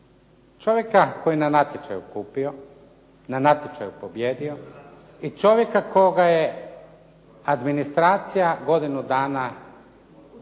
Čovjeka koji je na natječaju kupio, na natječaju pobijedio i čovjeka koga je administracija godinu dana